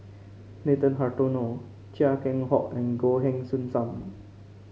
Nathan Hartono Chia Keng Hock and Goh Heng Soon Sam